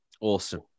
Awesome